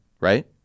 right